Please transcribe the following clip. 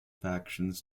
factions